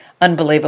unbelievable